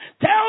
tell